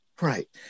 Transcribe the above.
Right